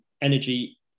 energy